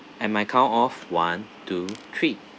and my count of one two three